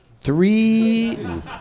Three